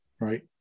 Right